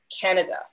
Canada